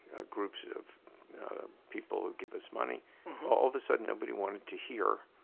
groups of people who give us money. all of the sudden, nobody wanted to hear